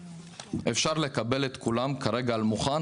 אפשר לקבל את כולם כרגע על מוכן,